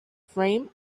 frame